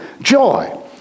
joy